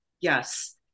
Yes